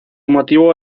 motivo